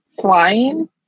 flying